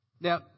Now